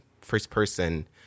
first-person